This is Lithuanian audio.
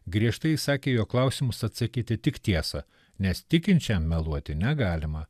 griežtai įsakė į jo klausimus atsakyti tik tiesą nes tikinčiam meluoti negalima